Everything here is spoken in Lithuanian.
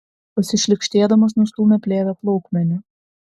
pasišlykštėdamas nustūmė plėvę plaukmeniu